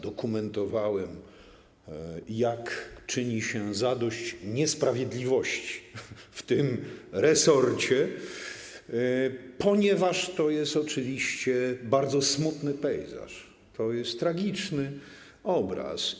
Dokumentowałem, jak czyni się zadość niesprawiedliwości w tym resorcie, ponieważ to jest oczywiście bardzo smutny pejzaż, to jest tragiczny obraz.